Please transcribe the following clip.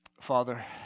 Father